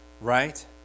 right